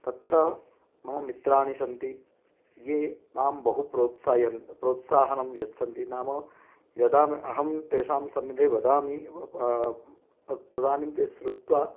तत्र मम मित्राणि सन्ति ये मां बहुप्रोत्सायन् प्रोत्साहनं यच्छन्ति नाम यदा अहं तेषां सन्निधे वदामि तदानीं तत् शृत्वा